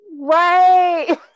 right